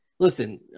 Listen